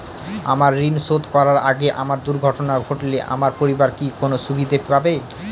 আমার ঋণ শোধ করার আগে আমার দুর্ঘটনা ঘটলে আমার পরিবার কি কোনো সুবিধে পাবে?